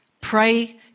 Pray